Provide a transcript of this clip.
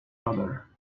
other